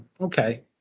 okay